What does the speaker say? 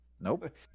Nope